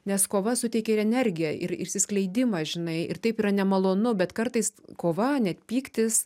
nes kova suteikė ir energiją ir išsiskleidimą žinai ir taip yra nemalonu bet kartais kova net pyktis